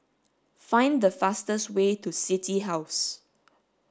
find the fastest way to City House